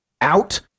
out